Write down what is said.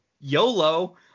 YOLO